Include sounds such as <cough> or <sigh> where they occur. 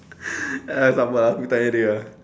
<breath> uh sabar aku tanya dia ah